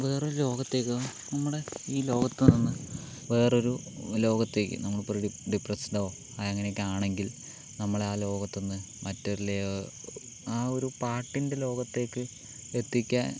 വേറൊരു ലോകത്തേക്ക് നമ്മുടെ ഈ ലോകത്ത് നിന്ന് വേറൊരു ലോകത്തേക്ക് നമ്മളിപ്പോ ഡി ഡിപ്രസ്സ്ടോ അങ്ങനെയൊക്കെ ആണെങ്കിൽ നമ്മളെ ആ ലോകത്തു നിന്ന് മറ്റൊരു ആ ഒരു പാട്ടിൻ്റെ ലോകത്തേക്ക് എത്തിക്കാൻ